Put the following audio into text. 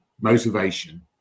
motivation